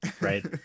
right